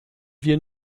wir